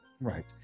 Right